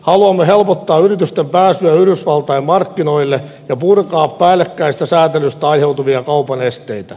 haluamme helpottaa yritysten pääsyä yhdysvaltain markkinoille ja purkaa päällekkäisestä sääntelystä aiheutuvia kaupan esteitä